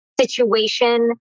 situation